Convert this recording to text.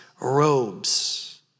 robes